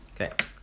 okay